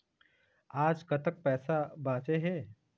आज कतक पैसा बांचे हे?